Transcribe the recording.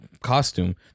costume